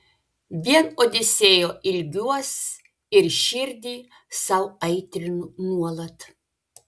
vien odisėjo ilgiuos ir širdį sau aitrinu nuolat